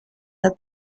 der